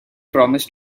promised